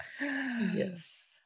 yes